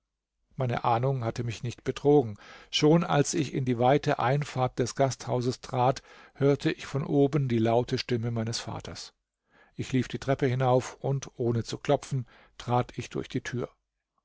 meine ahnung hatte mich nicht betrogen schon als ich in die weite einfahrt des gasthauses trat hörte ich von oben die laute stimme meines vaters ich lief die treppe hinauf und ohne zu klopfen trat ich durch die tür